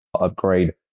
upgrade